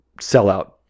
sellout